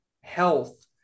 health